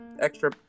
extra